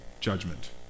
judgment